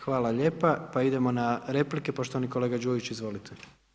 Hvala lijepa, pa idemo na replike, poštovani kolega Đujić, izvolite.